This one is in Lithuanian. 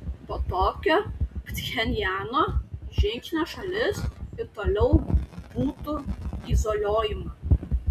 po tokio pchenjano žingsnio šalis ir toliau būtų izoliuojama